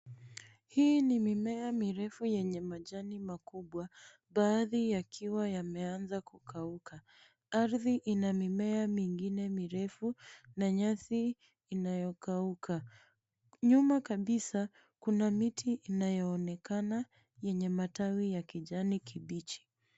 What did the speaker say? Hii ni mimea mirefu yenye majani makubwa baadhi yakiwa yameanza kukauka. Ardhi ina mimea mingine mirefu na nyasi inayokauka. Nyuma kabisa kuna miti inayoonekana yenye matawi ya kijani kibichi.